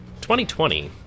2020